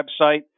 website